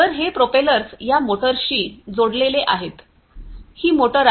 तर हे प्रोपेलर्स या मोटर्सशी जोडलेले आहेत ही मोटार आहे